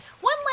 One